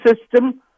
system